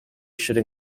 should